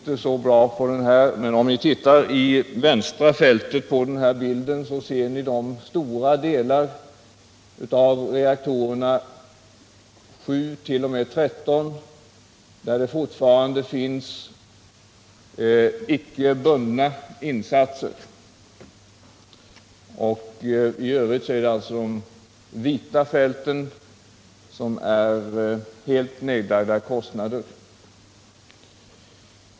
Det syns kanske inte så bra, men om vi ser på det vänstra fältet på bild 1, ser vi de stora delar av reaktorerna 7-13, där det fortfarande finns icke bundna insatser. De vita fälten anger helt nedlagda kostnader.